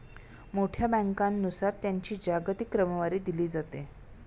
मोठ्या बँकांनुसार त्यांची जागतिक क्रमवारी दिली जाते